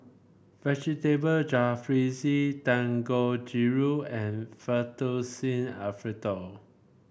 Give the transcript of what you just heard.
Vegetable Jalfrezi Dangojiru and Fettuccine Alfredo